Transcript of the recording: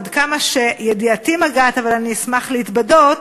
עד כמה שידיעתי מגעת, אבל אני אשמח להתבדות,